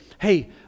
hey